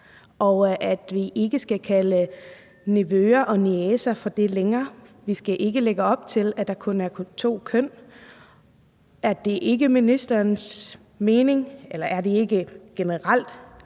og at vi ikke længere skal kalde nevøer og niecer for det; vi skal ikke lægge op til, at der kun er to køn. Er det ikke ministerens mening – eller er det ikke generel